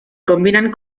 combinan